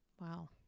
Wow